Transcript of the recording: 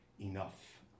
enough